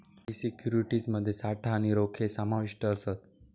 काही सिक्युरिटीज मध्ये साठा आणि रोखे समाविष्ट असत